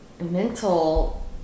mental